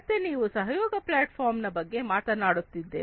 ಮತ್ತೆ ನಾವು collaborative platform ನ ಬಗ್ಗೆ ಮಾತನಾಡುತ್ತಿದ್ದೇವೆ